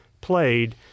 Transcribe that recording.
played